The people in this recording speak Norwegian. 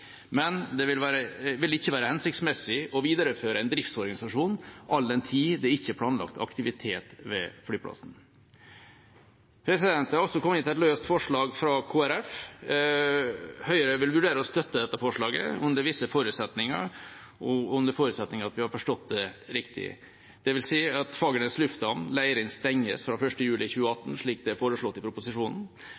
Men det vil ikke være hensiktsmessig å videreføre en driftsorganisasjon all den tid det ikke er planlagt aktivitet ved flyplassen. Det har også kommet et løst forslag fra Kristelig Folkeparti. Høyre vil vurdere å støtte dette forslaget under visse forutsetninger, og under forutsetning av at vi har forstått det riktig. Det vil si at Fagernes lufthavn, Leirin, stenges fra 1. juli